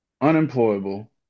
unemployable